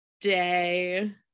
day